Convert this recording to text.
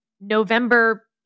November